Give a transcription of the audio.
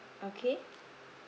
okay